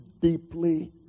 deeply